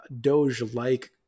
doge-like